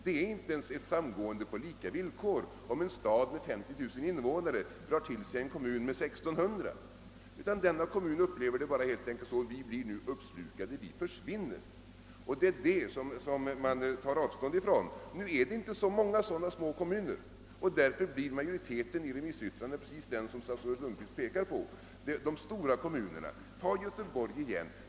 Det är inte ett samgående på lika villkor om en stad med 50 000 invånare drar till sig en kommun med 1600. Den kommunens invånare upplever det helt enkelt så att de blir uppslukade. De försvinner. Det är detta man tar avstånd ifrån. Men nu finns det inte många sådana små kommuner, och därför blir majoriteten av remissyttrandena precis den som statsrådet Lundkvist pekat på. Låt oss ta Göteborg som exempel en gång till.